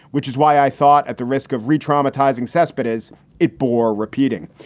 which is why i thought at the risk of re traumatizing cesspit as it bore repeating.